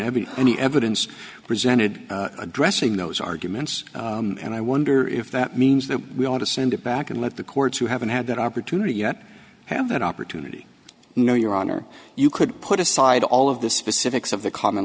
any evidence presented addressing those arguments and i wonder if that means that we ought to send it back and let the courts who haven't had that opportunity yet have an opportunity no your honor you could put aside all of the specifics of the common